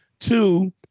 two